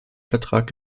vertrag